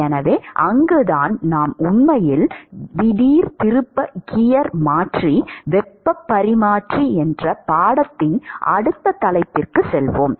எனவே அங்குதான் நாம் உண்மையில் திடீர்த்திருப்ப கியர் மாற்றி வெப்பப் பரிமாற்றி என்ற பாடத்தின் அடுத்த தலைப்புக்குச் செல்வோம்